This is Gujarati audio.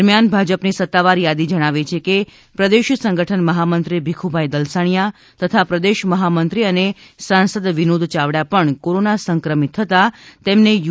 દરમ્યાન ભાજપની સત્તાવાર યાદી જણાવે છે કે પ્રદેશ સંગઠન મહામંત્રી ભીખુભાઈ દલસાનીયા તથા પ્રદેશ મહામંત્રી અને સાંસદ વિનોદ યાવડા પણ કોરોના સંક્રમિત થતાં તેમને યુ